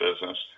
business